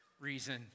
reason